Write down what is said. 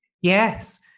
yes